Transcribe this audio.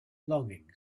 longing